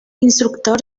instructor